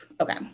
Okay